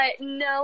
no